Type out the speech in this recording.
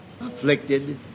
afflicted